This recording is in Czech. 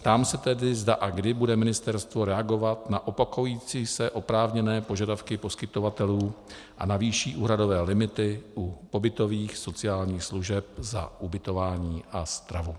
Ptám se tedy, zda a kdy bude ministerstvo reagovat na opakující se oprávněné požadavky poskytovatelů a navýší úhradové limity u pobytových sociálních služeb za ubytování a stravu.